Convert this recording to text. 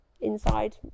inside